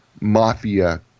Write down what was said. mafia